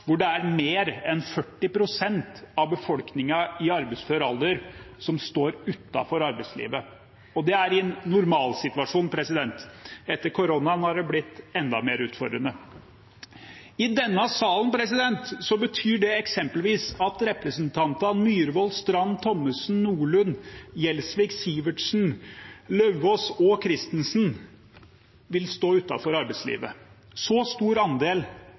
hvor det er mer enn 40 pst. av befolkningen i arbeidsfør alder som står utenfor arbeidslivet, og det er i en normalsituasjon. Etter koronaen har det blitt enda mer utfordrende. I denne salen betyr det eksempelvis at representantene Myhrvold, Strand, Thommesen, Nordlund, Gjelsvik, Sivertsen, Lauvås og Kristensen vil stå utenfor arbeidslivet. Så stor andel